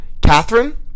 Catherine